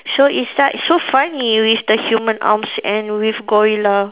so it's like so funny with the human arms and with gorilla